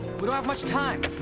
we don't have much time!